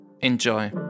enjoy